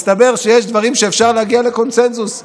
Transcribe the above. מסתבר שיש דברים שאפשר להגיע לקוסצנזוס.